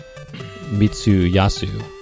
Mitsuyasu